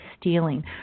stealing